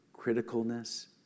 criticalness